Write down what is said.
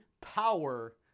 power